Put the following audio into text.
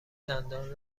دندان